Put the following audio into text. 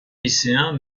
lycéens